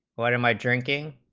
one of my drinking